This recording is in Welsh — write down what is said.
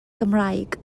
cymraeg